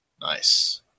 Nice